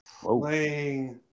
playing